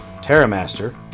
Terramaster